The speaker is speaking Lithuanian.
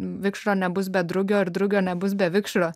vikšro nebus bet drugio ir drugio nebus be vikšro